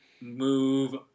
move